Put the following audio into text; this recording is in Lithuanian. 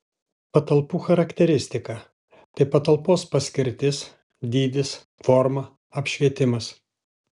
patalpų charakteristika tai patalpos paskirtis dydis forma apšvietimas